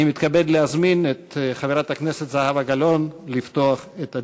אני מתכבד להזמין את חברת הכנסת זהבה גלאון לפתוח את הדיון.